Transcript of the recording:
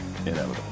Inevitable